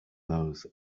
those